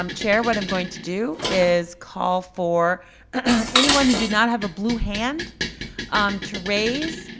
um chair, what i'm going to do is call for anyone who did not have a blue hand um to raise,